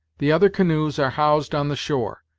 the other canoes are housed on the shore,